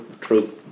true